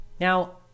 Now